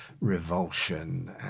revulsion